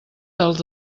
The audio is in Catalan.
dels